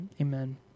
amen